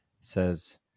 says